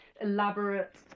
elaborate